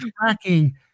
tracking